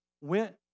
went